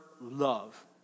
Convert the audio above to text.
love